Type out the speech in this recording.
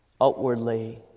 outwardly